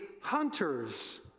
hunters